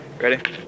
Ready